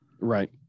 Right